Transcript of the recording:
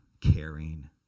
caring